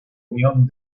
unión